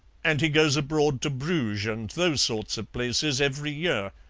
and he goes abroad to bruges and those sorts of places every year,